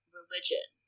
religion